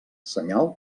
senyal